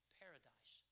paradise